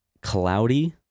cloudy